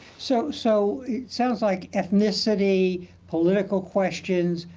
so so it sounds like ethnicity, political questions,